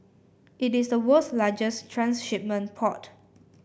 it is the world's largest transshipment port